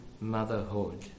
motherhood